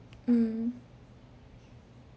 mm